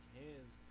hands